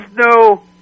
no